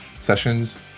sessions